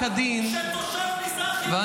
כמה אנשים נעצרו כשתושב מזרח ירושלים דימם